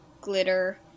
glitter